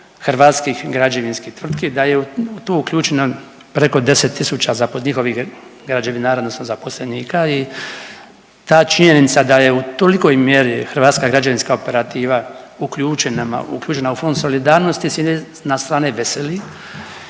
hrvatskih građevinskih tvrtki, da je tu uključeno preko 10 tisuća njihovih građevinara odnosno zaposlenika i ta činjenica da je u tolikoj mjeri hrvatska građevinska operativa uključena u Fond solidarnosti s jedne nas strane veseli